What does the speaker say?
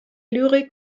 lyrik